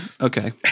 Okay